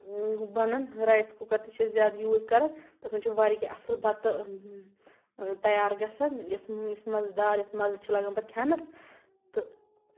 بَنان رَیِس کُکر تہِ چھِ أسۍ زیادٕ یوٗز کران تَتھ منٛز چھُ واریاہ کیٚنٛہہ اَصٕل بَتہٕ تَیار گژھان یَتھ یُس مَزٕ دار یَتھ مَزٕ چھُ لگان پَتہٕ کھیٚنَس تہٕ